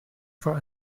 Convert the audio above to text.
for